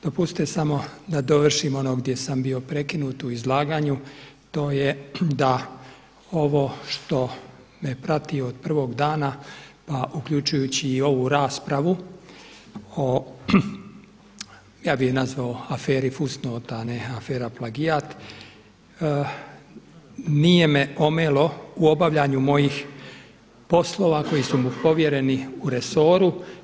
Dopustite samo da dovršim ono gdje sam bio prekinut u izlaganju a to je da ovo što me prati od prvog dana pa uključujući i ovu raspravu o ja bih je nazvao aferi fusnota, afera plagijat nije me omelo u obavljanju mojih poslova koji su mi povjereni u resoru.